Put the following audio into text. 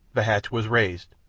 the hatch was raised,